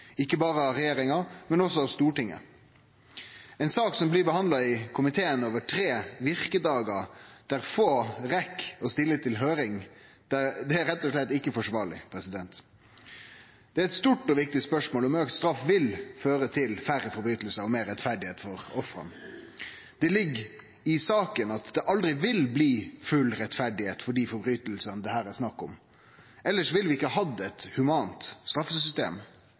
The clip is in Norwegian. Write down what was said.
ikkje berre av regjeringa, men også av Stortinget. Ei sak som blir behandla i komiteen over tre vyrkedagar, der få rekk å stille til høyring, det er rett og slett ikkje forsvarleg. Det er eit stort og viktig spørsmål om auka straff vil føre til færre brotsverk og meir rettferd for offera. Det ligg i saka at det aldri vil bli full rettferd for dei brotsverka det er snakk om her, elles ville vi ikkje hatt eit humant straffesystem.